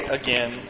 again